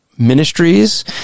Ministries